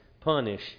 punish